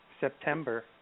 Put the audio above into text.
September